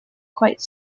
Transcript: quite